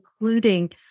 including